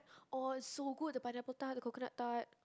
!aww! so good the pineapple tart the coconut tart